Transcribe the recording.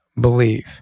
believe